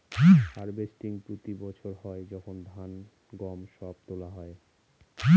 harvesting প্রতি বছর হয় যখন ধান, গম সব তোলা হয়